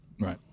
Right